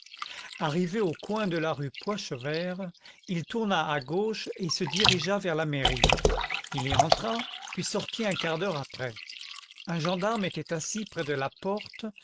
arrivé au coin de la rue poichevert il tourna à gauche et se dirigea vers la mairie il y entra puis sortit un quart d'heure après un gendarme était assis près de la porte